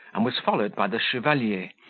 and was followed by the chevalier,